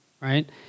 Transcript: right